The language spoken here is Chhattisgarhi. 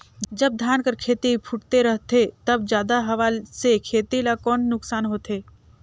जब धान कर खेती फुटथे रहथे तब जादा हवा से खेती ला कौन नुकसान होथे?